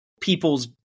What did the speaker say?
people's